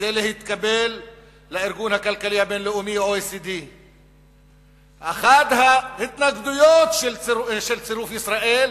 כדי להתקבל לארגון הכלכלי הבין-לאומי OECD. אחת ההתנגדויות לצירוף ישראל